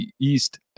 East